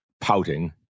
pouting